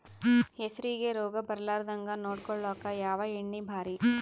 ಹೆಸರಿಗಿ ರೋಗ ಬರಲಾರದಂಗ ನೊಡಕೊಳುಕ ಯಾವ ಎಣ್ಣಿ ಭಾರಿ?